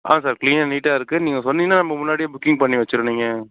ஆ sir கிளீனாக நீட்டாக இருக்கு நீங்கள் சொன்னீங்கனா நம்ம முன்னாடியே புக்கிங் பண்ணி வச்சிடுவேன் நீங்கள்